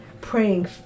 praying